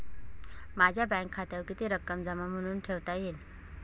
माझ्या बँक खात्यावर किती रक्कम जमा म्हणून ठेवता येईल?